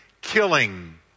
killing